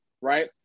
right